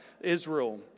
Israel